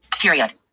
period